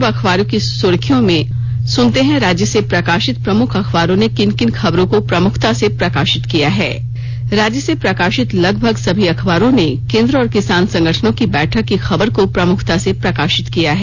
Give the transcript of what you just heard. आईये अब सुनते हैं राज्य से प्रकाशित प्रमुख अखबारों ने किन किन खबरों को प्रमुखता से प्रकाशित किया है राज्य से प्रकाशित लगभग सभी अखबारों ने केंद्र और किसान संगठनों की बैठक की खबर को प्रमुखता से प्रकाशित किया है